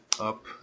up